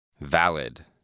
Valid